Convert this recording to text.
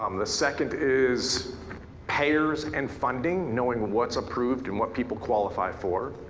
um the second is pairs and funding, knowing what's approved and what people qualify for.